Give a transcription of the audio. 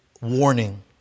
warning